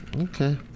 okay